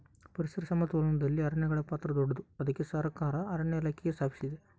ಪರಿಸರ ಸಮತೋಲನದಲ್ಲಿ ಅರಣ್ಯಗಳ ಪಾತ್ರ ದೊಡ್ಡದು, ಅದಕ್ಕೆ ಸರಕಾರ ಅರಣ್ಯ ಇಲಾಖೆ ಸ್ಥಾಪಿಸಿದೆ